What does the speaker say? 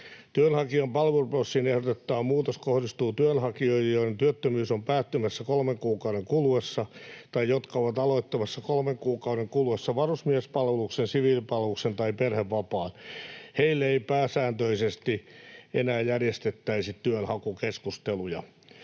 Työnhakijan palveluprosessiin ehdotettava muutos kohdistuu työnhakijoihin, joiden työttömyys on päättymässä kolmen kuukauden kuluessa tai jotka ovat aloittamassa kolmen kuukauden kuluessa varusmiespalveluksen, siviilipalveluksen tai perhevapaan. Heille ei pääsääntöisesti enää järjestettäisi työnhakukeskusteluja.